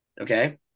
Okay